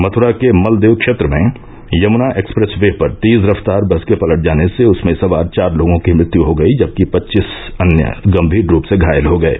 मथुरा के मलदेव क्षेत्र में यमुना एक्सप्रेस वे पर तेज रफ्तार बस के पलट जाने से उसमें सवार चार लोगों की मृत्यु हो गयी जबकि पचीस अन्य गम्भीर रूप से घायल हो गये